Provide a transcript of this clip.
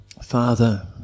Father